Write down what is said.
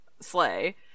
sleigh